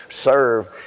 serve